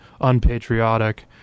unpatriotic